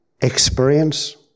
experience